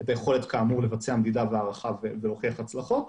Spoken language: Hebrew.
את היכולת לבצע מדידה והערכה ולהוכיח הצלחות.